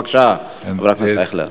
בבקשה, חבר הכנסת אייכלר.